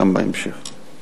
גם בהמשך.